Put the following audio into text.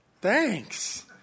thanks